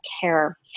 care